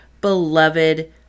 beloved